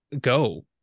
go